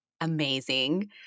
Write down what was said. amazing